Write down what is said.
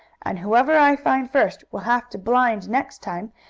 and whoever i find first will have to blind next time,